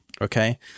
okay